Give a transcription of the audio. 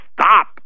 stop